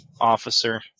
officer